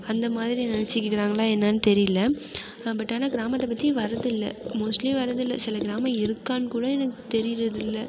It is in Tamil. அந்த மாதிரி நினச்சிகிடுறாங்ளா என்னான்னு தெரியிலை பட் ஆனால் கிராமத்தை பற்றி வரதில்லை மோஸ்ட்லி வரதில்லை சில கிராமோ இருக்கான்னு கூட எனக்கு தெரியிறதில்லை